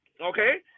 Okay